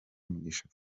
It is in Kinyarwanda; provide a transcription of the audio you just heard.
mugisha